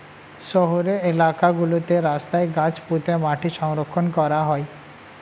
শহুরে এলাকা গুলোতে রাস্তায় গাছ পুঁতে মাটি সংরক্ষণ করা হয়